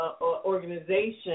organization